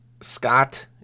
Scott